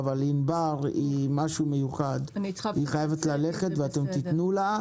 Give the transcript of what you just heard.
אבל ענבר חייבת ללכת ואתם תתנו לה.